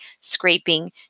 scraping